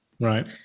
Right